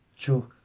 True